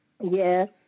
Yes